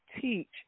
teach